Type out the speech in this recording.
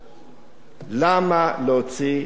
למה להוציא להם את הנשמה?